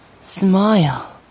Smile